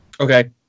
Okay